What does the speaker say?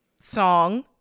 song